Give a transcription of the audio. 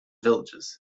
villages